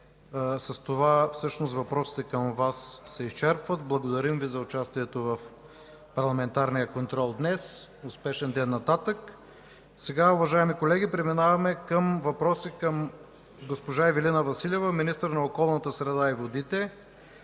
С това всъщност въпросите към Вас се изчерпват. Благодарим Ви за участието в парламентарния контрол днес. Успешен ден нататък. Уважаеми колеги, преминаваме към въпросите към госпожа Ивелина Василева – министър на околната среда и водите.